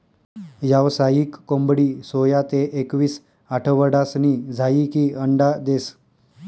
यावसायिक कोंबडी सोया ते एकवीस आठवडासनी झायीकी अंडा देस